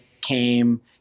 came